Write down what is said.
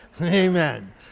Amen